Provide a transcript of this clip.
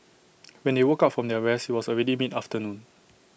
when they woke up from their rest was already mid afternoon